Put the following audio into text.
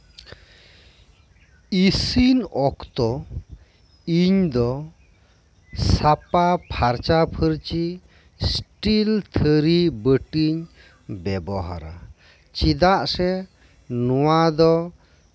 ᱤᱥᱤᱱ ᱚᱠᱛᱚ ᱤᱧ ᱫᱚ ᱥᱟᱯᱷᱟ ᱯᱷᱟᱨᱪᱟ ᱯᱷᱟᱹᱨᱪᱤ ᱤᱥᱴᱤᱞ ᱛᱷᱟᱹᱨᱤ ᱵᱟᱹᱴᱤᱧ ᱵᱮᱵᱚᱦᱟᱨᱟ ᱪᱮᱫᱟᱜ ᱥᱮ ᱱᱚᱶᱟ ᱫᱚ